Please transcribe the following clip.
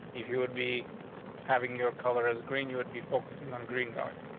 if you would be having your color is green, you would be focusing on green dark.